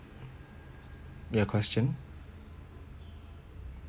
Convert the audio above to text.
your question